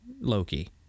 Loki